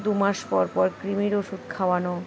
দু মাস পর পর ক্রিমির ওষুধ খাওয়ানো